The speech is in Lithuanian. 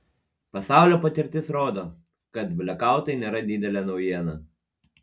pasaulio patirtis rodo kad blekautai nėra didelė naujiena